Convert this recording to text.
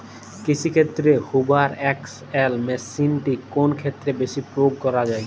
কৃষিক্ষেত্রে Hoover XL মেশিনটি কোন ক্ষেত্রে বেশি প্রয়োগ করা হয়?